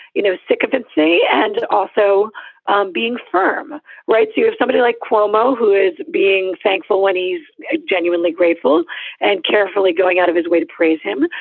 you know, sycophancy and also um being firm right. see if somebody like cuomo who is being thankful when he's genuinely grateful and carefully going out of his way to praise him,